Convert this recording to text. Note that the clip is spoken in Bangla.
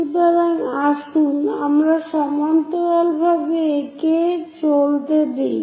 সুতরাং আসুন আমরা সমান্তরালভাবে একে চলতে দেই